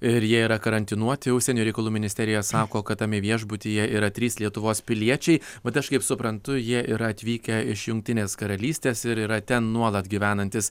ir jie yra karantinuoti užsienio reikalų ministerija sako kad tame viešbutyje yra trys lietuvos piliečiai bet aš kaip suprantu jie yra atvykę iš jungtinės karalystės ir yra ten nuolat gyvenantys